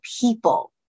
people